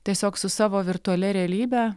tiesiog su savo virtualia realybe